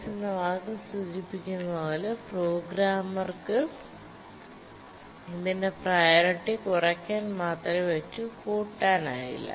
nice എന്ന വാക്ക് സൂചിപ്പിക്കുന്നത് പോലെ പ്രോഗ്രാമ്മർക് ഇതിന്റെ പ്രിയോറിറ്റി കുറക്കാൻ മാത്രമേ പറ്റൂ കൂട്ടാനാകില്ല